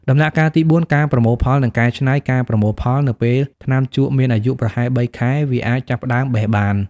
ដំណាក់កាលទី ៤ ការប្រមូលផល និងកែច្នៃ ការប្រមូលផល នៅពេលថ្នាំជក់មានអាយុប្រហែល ៣ ខែ វាអាចចាប់ផ្ដើមបេះបាន។